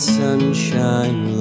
sunshine